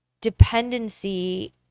dependency